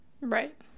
Right